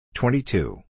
twenty-two